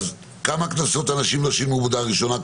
כמה קנסות אנשים לא שילמו בהודעה ראשונה?